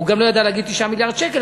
הוא גם לא ידע להגיד 9 מיליארד שקל,